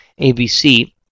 ABC